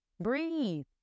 Breathe